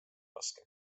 raske